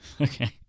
okay